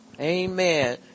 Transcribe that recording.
Amen